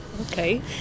Okay